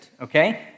okay